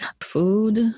food